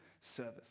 service